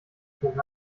tun